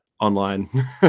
online